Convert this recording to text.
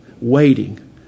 waiting